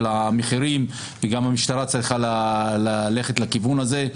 המחירים וגם המשטרה צריכה ללכת לכיוון הזה,